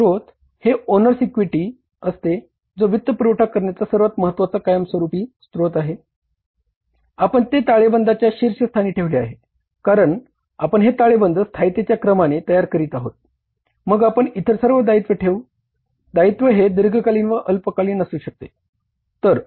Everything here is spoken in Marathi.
मग आपण इतर सर्व दायित्व ठेवू दायित्व हे दीर्घकालीन व अल्पकालीन असू शकते